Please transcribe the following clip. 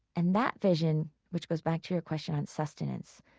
and that vision, which goes back to your question on sustenance,